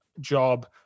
job